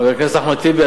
חבר הכנסת אחמד טיבי,